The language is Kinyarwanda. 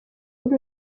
muri